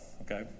okay